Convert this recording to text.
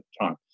time